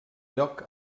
lloc